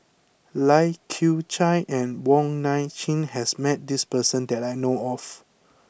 Lai Kew Chai and Wong Nai Chin has met this person that I know of